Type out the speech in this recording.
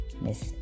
miss